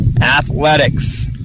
athletics